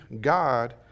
God